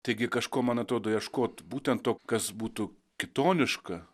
taigi kažko man atrodo ieškot būtent to kas būtų kitoniška